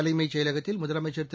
தலைமைச் செயலகத்தில் முதலமைச்சர் திரு